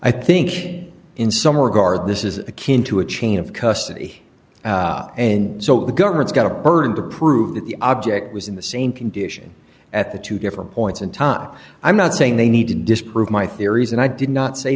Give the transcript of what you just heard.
i think in some regard this is a kin to a chain of custody and so the government's got a burden to prove that the object was in the same condition at the two different points in time i'm not saying they need to disprove my theories and i did not s